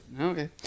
Okay